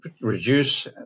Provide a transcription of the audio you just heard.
reduce